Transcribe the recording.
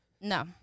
No